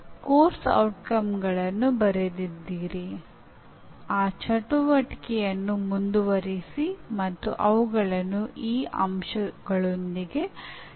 ಇದು ಕೇವಲ ನಿಮ್ಮ ದೃಷ್ಟಿಕೋನವಲ್ಲ ಆದರೆ ವಿದ್ಯಾರ್ಥಿಗಳು ಉತ್ತಮವಾಗಿ ಕಲಿತಿದ್ದಾರೆ ಎಂದು ನೀವು ಭಾವಿಸಿದ ಆಧಾರದ ಮೇಲೆ ಕೆಲವು ಪುರಾವೆಗಳನ್ನು ನೀಡಬೇಕಾಗುತ್ತದೆ